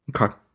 Okay